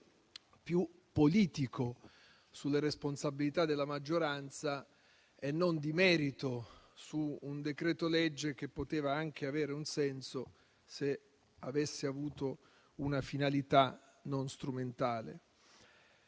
più politico sulle responsabilità della maggioranza e non di merito su un decreto-legge che poteva anche avere un senso se avesse avuto una finalità non strumentale.